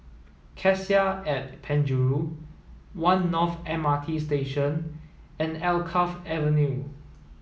Cassia at Penjuru One North M R T Station and Alkaff Avenue